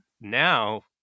now